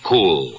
Cool